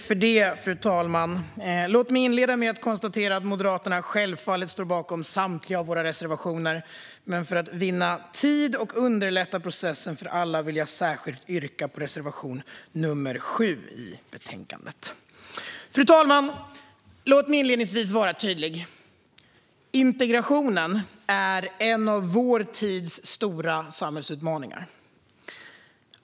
Fru talman! Låt mig inleda med att konstatera att Moderaterna självfallet står bakom samtliga sina reservationer. För att vinna tid och underlätta processen för alla nöjer jag mig dock med att yrka bifall till reservation 7 i betänkandet. Fru talman! Låt mig inledningsvis vara tydlig: Integrationen är en av vår tids stora samhällsutmaningar.